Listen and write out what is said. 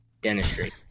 dentistry